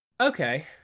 Okay